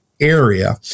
area